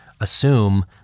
assume